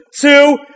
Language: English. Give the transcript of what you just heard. two